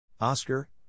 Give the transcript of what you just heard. Oscar